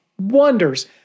wonders